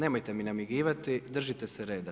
Nemojte mi namigivati, držite se reda.